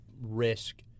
risk